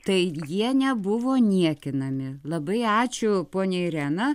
tai jie nebuvo niekinami labai ačiū ponia irena